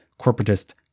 corporatist